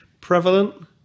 prevalent